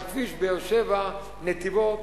על כביש באר-שבע נתיבות,